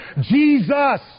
Jesus